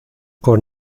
con